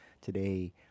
Today